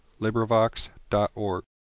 LibriVox.org